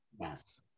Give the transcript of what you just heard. Yes